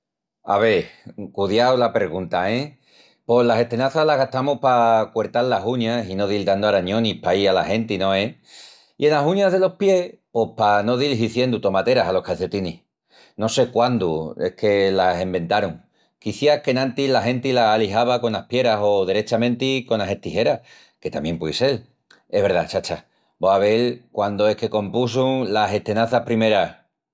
Ave, cudiau la pergunta, e...? Pos las estenazas las gastamus pa cuertal las uñas i no dil dandu arañonis paí ala genti, no es? I enas uñas delos pies pos pa no dil hiziendu tomateras alos calcetinis. No sé quandu es que las enventarun, quiciás qu'enantis la genti las alixava conas pieras o derechamenti conas estijeras, que tamién puei sel. Es verdá, chacha, vó a vel quandu es que compusun las estenazas primeras.